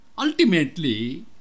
Ultimately